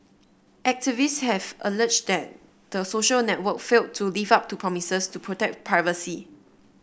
activists have alleged that the social network failed to live up to promises to protect privacy